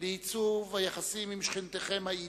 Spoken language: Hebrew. לייצוב היחסים עם שכנתכם, האיטי.